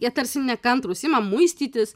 jie tarsi nekantrūs ima muistytis